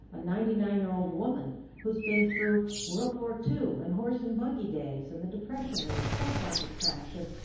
a ninety nine year old woman who has been through world war ii and horse and buggy days and the depression and the stock market crash and